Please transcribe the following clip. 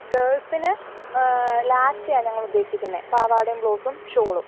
ഗേൾസിന് ലാച്ചയാണ് ഞങ്ങൾ ഉദ്ദേശിക്കുന്നത് പാവാടയും ബ്ലൗസും ഷോളും